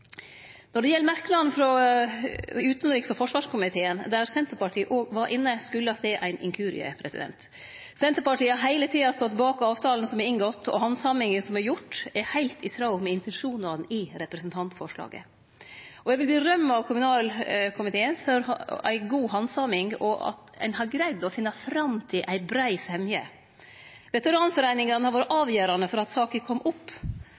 Når det gjeld merknaden frå utanriks- og forsvarskomiteen, der Senterpartiet òg var inne, er det ein inkurie. Senterpartiet har heile tida stått bak avtalen som er inngått, og handsaminga som er gjort, er heilt i tråd med intensjonane i representantforslaget. Eg vil gje ros til kommunalkomiteen for ei god handsaming og at ein har greidd å finne fram til ei brei semje. Veteranforeiningane har vore avgjerande for at saka kom opp.